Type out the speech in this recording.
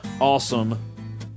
awesome